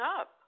up